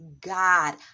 God